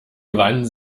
gewannen